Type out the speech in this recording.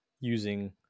using